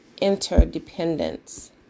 interdependence